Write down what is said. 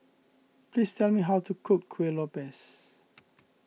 please tell me how to cook Kuih Lopes